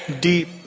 deep